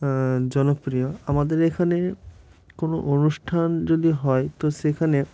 জনপ্রিয় আমাদের এখানে কোনো অনুষ্ঠান যদি হয় তো সেখানে